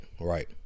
right